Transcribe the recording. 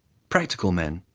practical men,